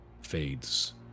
fades